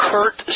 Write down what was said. Kurt